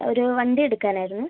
ഒരു വണ്ടി എടുക്കാൻ ആയിരുന്നു